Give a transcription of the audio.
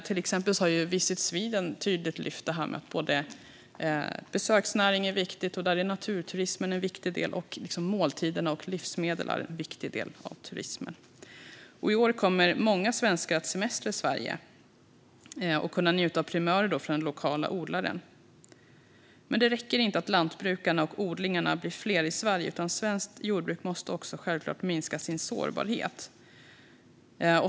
Till exempel har Visit Sweden tydligt lyft upp att besöksnäringen är viktig, och där är naturturismen, måltiderna och livsmedlen en viktig del. I år kommer många svenskar att semestra i Sverige och kunna njuta av primörer från den lokala odlaren. Men det räcker inte att lantbrukarna och odlingarna blir fler i Sverige, utan svenskt jordbruk måste självfallet också minska sin sårbarhet.